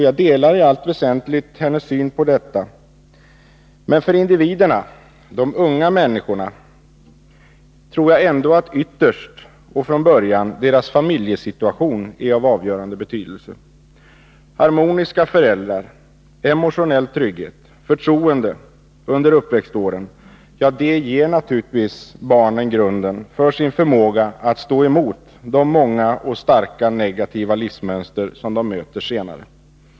Jag delar i allt väsentligt hennes syn på detta, men för individerna, de unga människorna, är ytterst och från början deras familjesituation av avgörande betydelse. Harmoniska föräldrar, emotionell trygghet, förtroende under uppväxtåren ger naturligtvis barnen grunden för deras förmåga att stå emot de många och starka negativa livsmönster som de möter senare.